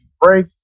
break